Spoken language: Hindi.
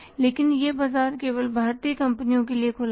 लेकिन यह बाजार केवल भारतीय कंपनियों के लिए खुला था